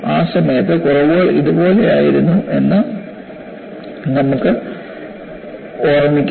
ആ സമയത്ത് കുറവുകൾ ഇതുപോലെയായിരുന്നു എന്ന് നമുക്ക് ഓർമ്മിക്കാം